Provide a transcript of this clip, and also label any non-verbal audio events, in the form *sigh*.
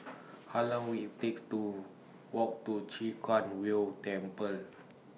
*noise* How Long Will IT takes to Walk to Chwee Kang Beo Temple